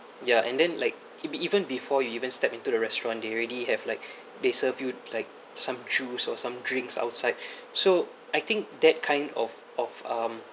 ya and then like it be even before you even step into the restaurant they already have like they serve like some juice or some drinks outside so I think that kind of of um